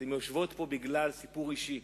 שאתן יושבות פה בגלל סיפור אישי,